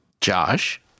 Josh